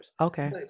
Okay